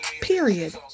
Period